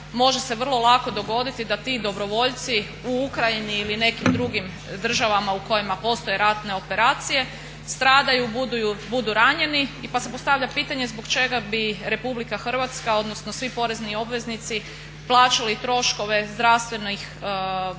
može se vrlo lako dogoditi da ti dobrovoljci u Ukrajini ili nekim drugim državama u kojima postoje ratne operacije stradaju, budu ranjeni pa se postavlja pitanje zbog čega bi RH odnosno svi porezni obveznici plaćali troškove zdravstvene zaštite,